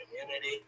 community